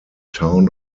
town